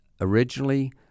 originally